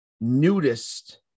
nudist